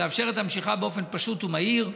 לאפשר את המשיכה באופן פשוט ומהיר.